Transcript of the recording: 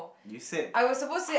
you said